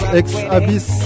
ex-Abyss